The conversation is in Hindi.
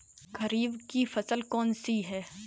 खरीफ की फसल कौन सी है?